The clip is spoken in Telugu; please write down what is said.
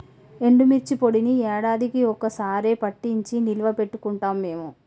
ఎండుమిర్చి పొడిని యాడాదికీ ఒక్క సారె పట్టించి నిల్వ పెట్టుకుంటాం మేము